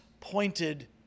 pointed